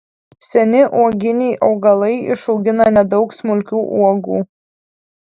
seni uoginiai augalai išaugina nedaug smulkių uogų